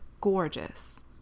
gorgeous